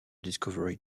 discovery